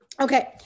Okay